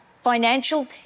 financial